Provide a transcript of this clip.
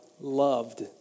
loved